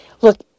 Look